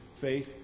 faith